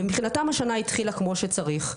ומבחינתם השנה התחילה כמו שצריך.